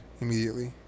immediately